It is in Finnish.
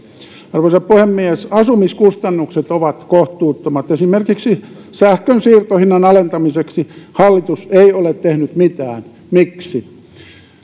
arvoisa puhemies asumiskustannukset ovat kohtuuttomat esimerkiksi sähkön siirtohinnan alentamiseksi hallitus ei ole tehnyt mitään miksi